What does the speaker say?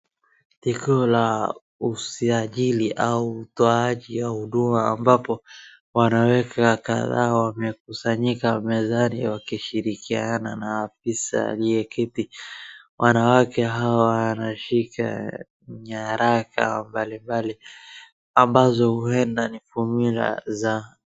Tukio la usajili au utoaji wa huduma ambapo wanawake kadhaa wamekusanyika mezani wakishirikiana na afisa aliyeketi. Wanawake hawa wanashika nyaraka mbalimbali ambazo huenda ni fomyula za...